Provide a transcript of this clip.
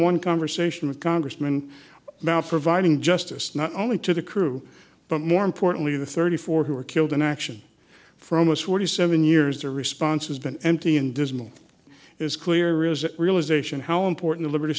one conversation with congressman about providing justice not only to the crew but more importantly the thirty four who were killed in action for almost forty seven years their response has been empty and dismal is clear is that realisation how important liberty